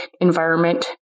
environment